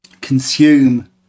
consume